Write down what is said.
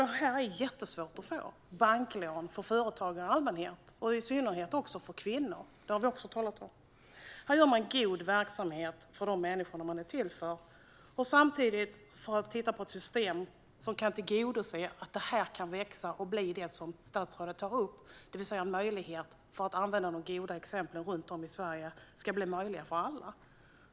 Det är jättesvårt för företagare i allmänhet att få banklån och i synnerhet för kvinnor. Det har vi också talat om. Här handlar det om god verksamhet för de människor som man är till för. Det är samtidigt ett system som skulle kunna växa och bli det som statsrådet tar upp, det vill säga en möjlighet att använda de goda exemplen runt om i Sverige så att det kan bli möjligt för alla.